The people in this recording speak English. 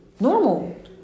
Normal